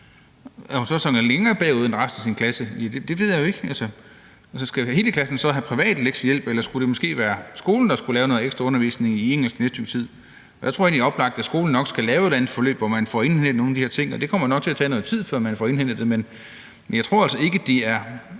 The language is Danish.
Om hun så sakker længere bagud end resten af sin klasse, ved jeg jo ikke. Altså, skal hele klassen så have privat lektiehjælp, eller skulle det måske være skolen, der skulle lave noget ekstraundervisning i engelsk det næste stykke tid? Der tror jeg egentlig, det er oplagt, at skolen nok skal lave et eller andet forløb, hvor man får indhentet nogle af de her ting, og det kommer nok til at tage noget tid, før man får indhentet det, men jeg tror altså ikke, at det